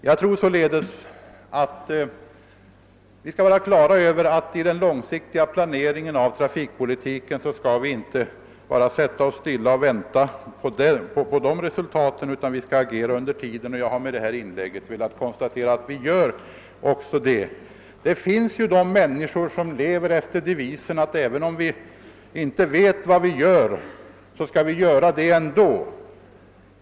Vi skall således ha klart för oss att vi i den långsiktiga trafikplaneringen inte bara kan sätta oss stilla och vänta på utredningsresultat, utan vi skall agera under tiden. Med detta inlägg har jag velat visa att vi också gör det. Det finns människor som lever efter devisen att även om man inte vet vad man gör så skall man göra det ändå.